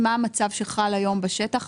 מה המצב שחל היום בשטח?